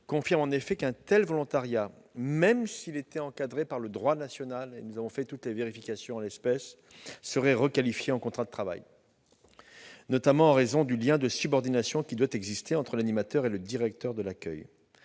confirment en effet qu'un tel volontariat, même s'il était encadré par le droit national- et nous avons fait toutes les vérifications en l'espèce -serait requalifié en contrat de travail, notamment en raison du lien de subordination qui doit exister entre l'animateur et le directeur de l'accueil.